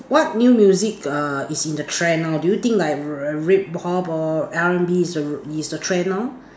what new music uh is in the trend now do you think r~ hip hop or R_N_B is a is a trend now